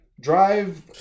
Drive